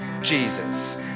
Jesus